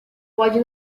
pode